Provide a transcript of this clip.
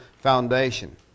foundation